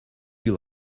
you